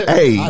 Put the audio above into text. Hey